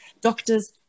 doctors